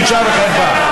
בושה וחרפה.